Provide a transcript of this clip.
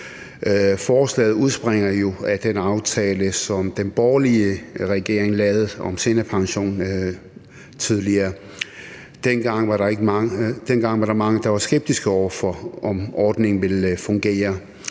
Forslaget udspringer jo af den aftale, som den borgerlige regering lavede om seniorpension. Dengang var der mange, der var skeptiske over for, om ordningen ville fungere.